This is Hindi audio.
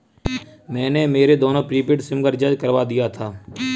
मैंने मेरे दोनों प्रीपेड सिम का रिचार्ज करवा दिया था